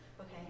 okay